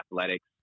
athletics